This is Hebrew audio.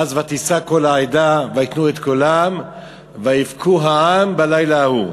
ואז: "ותִשא כל העדה ויתנו את קולם ויבכו העם בלילה ההוא".